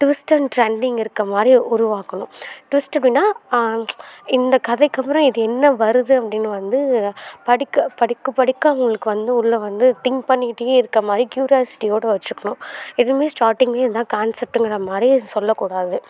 twist and stunting இருக்க மாதிரி உருவாக்கணும் ட்விஸ்ட் அப்படின்னா இந்த கதைக்கு அப்புறம் இது என்ன வருது அப்படின்னு வந்து படிக்க படிக்க படிக்க அவங்களுக்கு வந்து உள்ள வந்து திங்க் பண்ணிக்கிட்டே இருக்க மாதிரி க்யூராசிட்டியோட வச்சுக்கணும் எதுவுமே ஸ்டார்ட்டிங்கே இது தான் கான்செப்ட்டுங்குற மாதிரியே சொல்லக்கூடாது